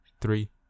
three